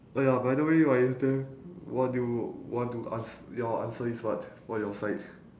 oh ya by the way right anything what do you want to ans~ your answer is what for your side